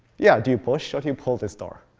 yeah, do you push or do you pull this door?